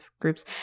groups